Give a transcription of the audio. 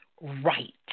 right